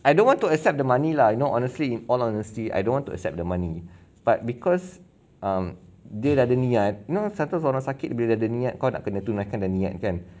I don't want to accept the money lah you know honestly in all honesty I don't want to accept the money but because um dia dah ada ni ah you know sometimes orang sakit bila dia niat kau nak kena tunaikan dah niat kan